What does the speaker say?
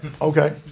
okay